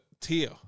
tear